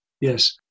Yes